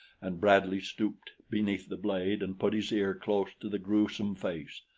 and bradley stooped beneath the blade and put his ear close to the gruesome face.